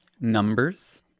Numbers